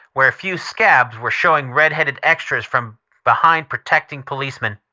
where a few scabs were showing red-headed extras from behind protecting policemen.